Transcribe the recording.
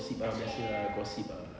gossip ah biasa ah gossip ah